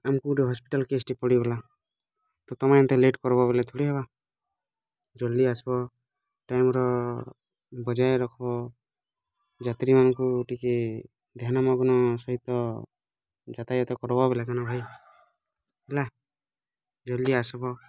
ଆମେ କେଉଁଠି hospital case ପଡ଼ିଗଲା ତ ତମେ ଏମ୍ନ୍ତା ଲେଟ୍ କର୍ବୋ ବୋଲେ ଥୋଡ଼ି ହବା ଜଲ୍ଦି ଆସିବୋ ଟାଇମ୍ର ବଜାୟ ରଖିବୋ ଯାତ୍ରୀମାନଙ୍କୁ ଟିକେ ଧ୍ୟାନ ମଗ୍ନ ସହିତ ଯାତାୟତ କର୍ବୋ ବୋଲେ କେ ନା ଭାଇ ହେଲା ଜଲ୍ଦି ଆସିବ